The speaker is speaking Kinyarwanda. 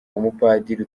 umupadiri